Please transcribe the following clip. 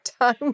time